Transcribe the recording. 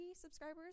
subscribers